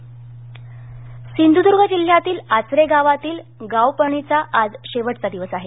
गावपळणी सिंधदर्ग सिंधूदूर्ग जिल्ह्यातील आचरे गावातील गावपळणीचा आज शेवटचा दिवस आहे